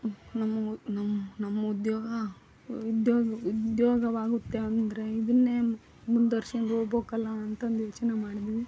ನಮ್ಮ ನಮ್ಮ ನಮ್ಮ ಉದ್ಯೋಗ ಉದ್ಯೋಗ ಉದ್ಯೋಗವಾಗುತ್ತೆ ಅಂದರೆ ಇದನ್ನೇ ಮುಂದ್ವರ್ಸ್ಕೊಂಡು ಹೋಗ್ಬೇಕಲ್ಲ ಅಂತಂದು ಯೋಚನೆ ಮಾಡಿದ್ವಿ